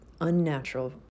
unnatural